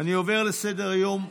אני עובר להמשך סדר-היום.